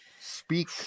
Speak